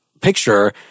picture